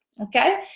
okay